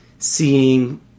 Seeing